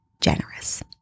generous